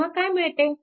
तेव्हा काय मिळते